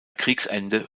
kriegsende